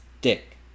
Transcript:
dick